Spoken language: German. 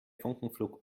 funkenflug